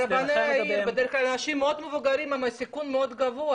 רבני העיר הם בדרך כלל אנשים מאוד מבוגרם והם בסיכון מאוד גבוה.